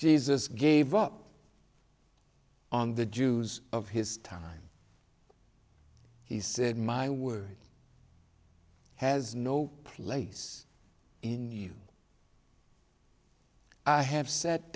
jesus gave up on the jews of his time he said my word has no place in you i have sat